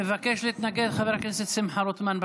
מבקש להתנגד חבר הכנסת שמחה רוטמן.